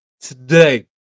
today